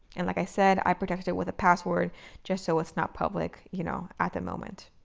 and like i said, i protected it with a password just so it's not public, you know, at the moment.